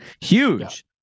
huge